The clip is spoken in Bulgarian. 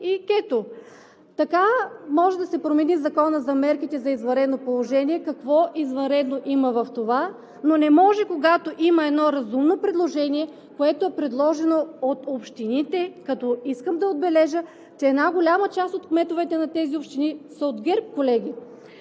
и кено. Така може да се промени Законът за мерките за извънредното положение и какво извънредно има в това, но не може, когато има едно разумно предложение, което е предложено от общините, като искам да отбележа, че една голяма част от кметовете на тези общини са от ГЕРБ, колеги!